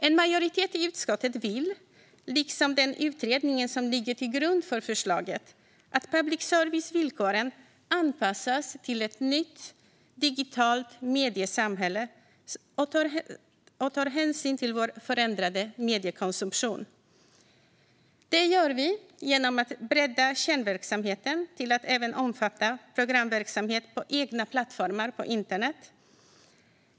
En majoritet i utskottet vill, liksom den utredning som ligger till grund för förslaget, att public service-villkoren anpassas till ett nytt, digitalt mediesamhälle och tar hänsyn till vår förändrade mediekonsumtion. Det åstadkommer vi genom att bredda kärnverksamheten till att även omfatta programverksamhet på egna plattformar på internet.